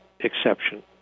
exception